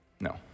No